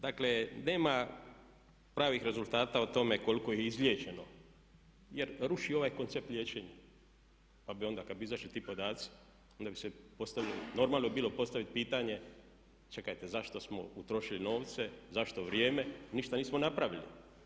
Dakle, nema pravih rezultata o tome koliko ih je izliječeno, jer ruši ovaj koncept liječenja, pa bi onda kad bi izašli ti podaci onda bi se postavilo, normalno bi bilo postavit pitanje čekajte zašto smo utrošili novce, zašto vrijeme, ništa nismo napravili.